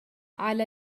على